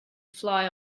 fly